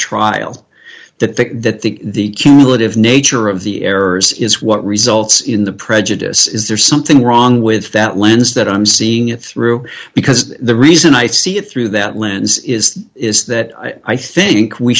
trial that the that the cumulative nature of the errors is what results in the prejudice is there something wrong with that lens that i'm seeing it through because the reason i see it through that lens is is that i think we